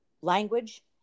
language